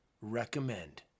Recommend